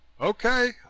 Okay